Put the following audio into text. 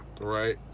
right